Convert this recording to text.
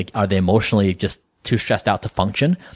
like are they emotionally just too stressed out to function?